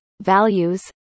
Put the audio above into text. values